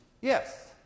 Yes